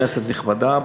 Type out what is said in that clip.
כנסת נכבדה,